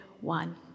one